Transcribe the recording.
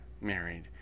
married